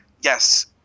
yes